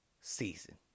season